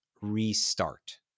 restart